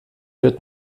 wird